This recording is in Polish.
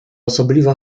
osobliwa